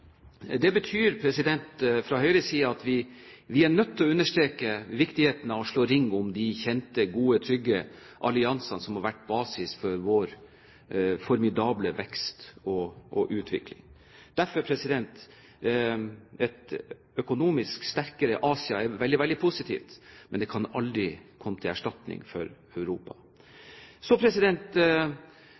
Det betyr fra høyresiden at vi er nødt til å understreke viktigheten av å slå ring om de kjente, gode og trygge alliansene som har vært basis for vår formidable vekst og utvikling. Et økonomisk sterkere Asia er veldig, veldig positivt, men det kan aldri komme til erstatning for Europa. Så